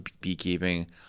beekeeping